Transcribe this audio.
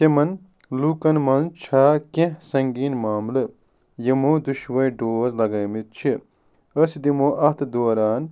تمن لوٗکن منٛز چھا کینٛہہ سنگین ماملہٕ یمو دۄشوے ڈوز لگٲیمٕتۍ چھِ أسۍ دِمَو اتھ دوران